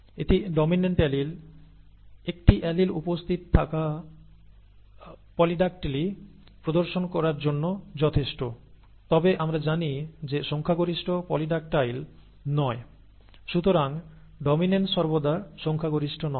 এটি dominant allele একটি allele উপস্থিত থাকা পলিডাক্টিলি প্রদর্শন করার জন্য যথেষ্ট তবে আমরা জানি যে সংখ্যাগরিষ্ঠ পলিড্যাকটাইল নয় সুতরাং ডমিনেন্স সর্বদা সংখ্যাগরিষ্ঠ নয়